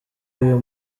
uyu